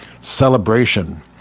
celebration